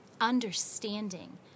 understanding